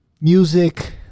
music